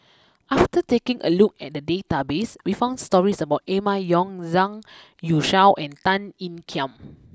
after taking a look at the database we found stories about Emma Yong Zhang Youshuo and Tan Ean Kiam